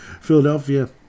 Philadelphia